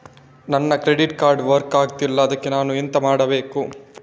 ನನ್ನ credit card work ಆಗ್ತಿಲ್ಲ ಅದ್ಕೆ ನಾನು ಎಂತ ಮಾಡಬೇಕು?